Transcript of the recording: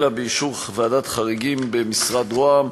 אלא באישור ועדת חריגים במשרד רה"מ.